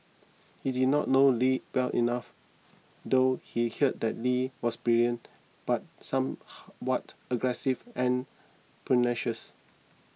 he did not know Lee well enough though he heard that Lee was brilliant but somewhat aggressive and pugnacious